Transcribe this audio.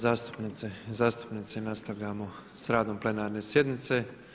zastupnice, zastupnici nastavljamo s radom plenarne sjednice.